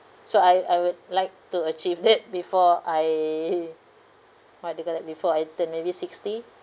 so I I would like to achieve that before I what do you call that before I turn maybe sixty